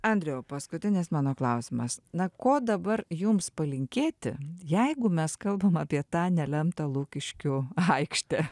andriau paskutinis mano klausimas na ko dabar jums palinkėti jeigu mes kalbam apie tą nelemtą lukiškių aikštę